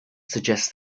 suggests